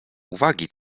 uwagi